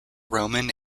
roman